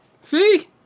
See